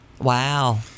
Wow